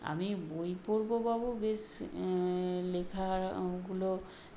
আমি বই পড়বো বাবু বেশ লেখারগুলো